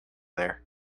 there